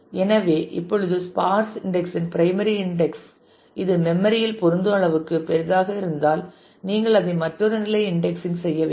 எனவே இப்பொழுது sparse index இன் பிரைமரி இன்டெக்ஸ் இது மெம்மரி இல் பொருந்தும் அளவுக்கு பெரிதாக இருந்தால் நீங்கள் அதை மற்றொரு நிலை இன்டெக்ஸிங் செய்ய வேண்டும்